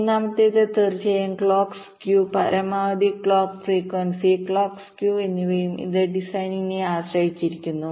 മൂന്നാമത്തേത് തീർച്ചയായും clock skew പരമാവധി ക്ലോക്ക് ഫ്രീക്വൻസി ക്ലോക്ക് സ്ക്യൂ എന്നിവയും ഇത് ഡിസൈനിനെ ആശ്രയിച്ചിരിക്കുന്നു